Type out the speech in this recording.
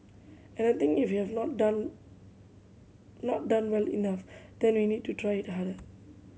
and I think if we have not done not done well enough then we need to try it harder